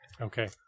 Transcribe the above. Okay